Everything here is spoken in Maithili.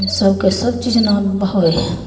सभके सबचीज ने होइ हइ